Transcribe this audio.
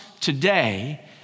today